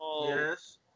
yes